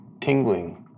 tingling